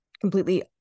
completely